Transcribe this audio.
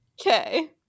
Okay